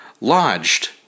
lodged